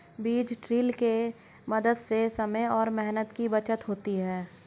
बीज ड्रिल के मदद से समय और मेहनत की बचत होती है